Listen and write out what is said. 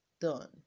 done